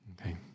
Okay